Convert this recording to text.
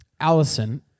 Allison